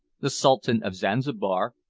the sultan of zanzibar,